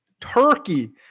Turkey